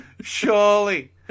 Surely